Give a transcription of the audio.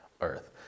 earth